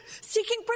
seeking